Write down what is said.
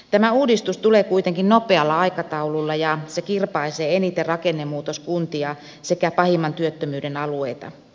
tämä uudistus tulee kuitenkin nopealla aikataululla ja se kirpaisee eniten rakennemuutoskuntia sekä pahimman työttömyyden alueita